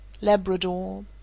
Labrador